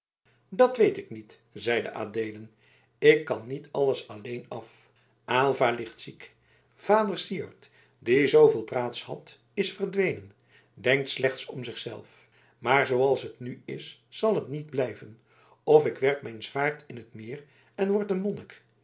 dat weet ik niet zeide adeelen ik kan niet alles alleen af aylva ligt ziek vader syard die zooveel praats had is verdwenen denkt slechts om zich zelf maar zooals het nu is zal het niet blijven of ik werp mijn zwaard in t meer en word een